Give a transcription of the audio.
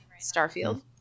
Starfield